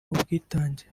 ubwitange